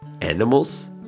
animals